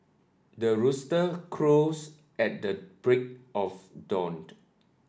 the rooster crows at the break of dawn